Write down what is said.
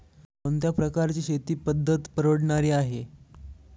कोणत्या प्रकारची शेती पद्धत परवडणारी आहे?